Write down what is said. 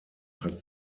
hat